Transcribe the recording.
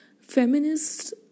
feminists